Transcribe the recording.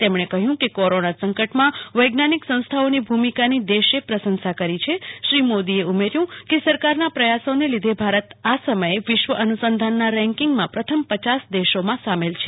તેમણે કહ્યું કે કોરોના સંકટમાં વૈજ્ઞાનિક સંસ્થાઓની ભૂ મિકાની દેશે પ્રશંસા કરી છે શ્રી મોદીએ કહ્યું કે સરકારના પ્રેયાસીને લીધે ભૌરત આ સમયે વિશ્વ અનુ સંધાનના રેંકિંગમાં પ્રથમ પયાસ દેશોમાં સામેલ છે